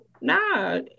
nah